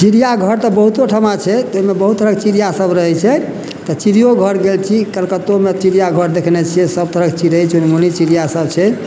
चिड़िया घर तऽ बहुतो ठमा छै ओहिमे बहुत तरहक चिड़िया सभ रहै छै तऽ चिड़ियो घर गेल छी कलकत्तोमे चिड़ियाघर देखने छियै सभ तरहक चिड़ै चुनमुनी चिड़िया सभ छै